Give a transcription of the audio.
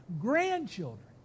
grandchildren